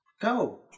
Go